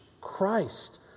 Christ